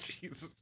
Jesus